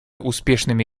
успешными